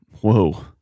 Whoa